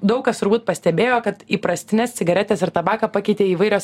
daug kas turbūt pastebėjo kad įprastines cigaretes ir tabaką pakeitė įvairios